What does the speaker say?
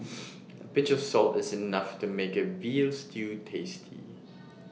A pinch of salt is enough to make A Veal Stew tasty